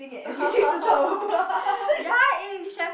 ya eh should've